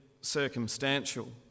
circumstantial